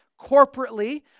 Corporately